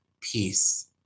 peace